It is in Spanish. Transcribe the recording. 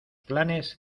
planes